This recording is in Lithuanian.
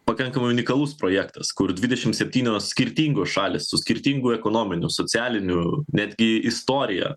pakankamai unikalus projektas kur dvidešim septynios skirtingos šalys su skirtingu ekonominiu socialiniu netgi istorija